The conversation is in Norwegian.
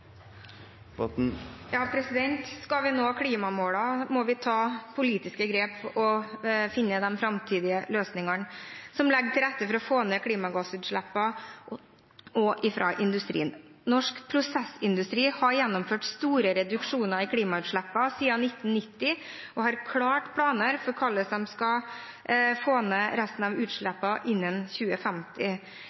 Skal vi nå klimamålene, må vi ta politiske grep og finne de framtidige løsningene som legger til rette for å få ned klimagassutslippene også fra industrien. Norsk prosessindustri har gjennomført store reduksjoner i klimagassutslippene siden 1990 og har klare planer for hvordan de skal få ned resten av utslippene innen 2050.